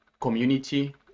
community